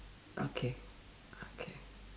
okay okay